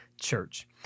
Church